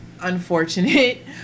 unfortunate